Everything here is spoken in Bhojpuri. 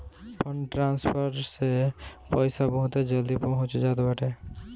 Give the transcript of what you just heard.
फंड ट्रांसफर से पईसा बहुते जल्दी पहुंच जात बाटे